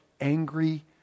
angry